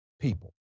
people